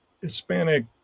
Hispanic